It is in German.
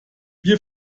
wir